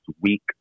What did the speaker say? week